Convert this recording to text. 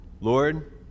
Lord